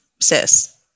sis